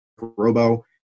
Robo